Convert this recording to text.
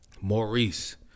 Maurice